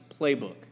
Playbook